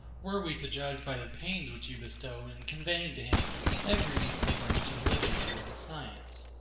were we to judge by the pains which you bestow in conveying to him every useful branch of literature and science.